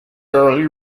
early